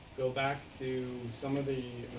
go back to some of the